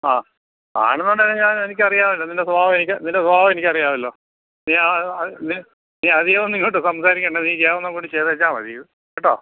ആ ആണന്നുണ്ടെങ്കിൽ ഞാൻ എനിക്കറിയാമല്ലോ നിന്റെ സ്വഭാവം എനിക്ക് നിന്റെ സ്വഭാവം എനിക്കറിയാമല്ലോ നീയധികമൊന്നും ഇങ്ങോട്ട് സംസാരിക്കേണ്ട നീ ചെയ്യാവുന്നപോലെ ചെയ്തേച്ചാൽ മതി കേട്ടോ